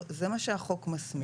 זה מה שהחוק מסמיך.